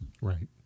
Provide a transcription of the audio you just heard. right